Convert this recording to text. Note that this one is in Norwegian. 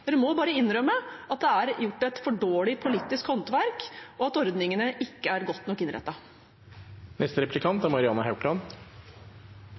må bare innrømme at det er gjort et for dårlig politisk håndverk, og at ordningene ikke er godt nok